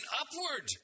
upward